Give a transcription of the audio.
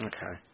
Okay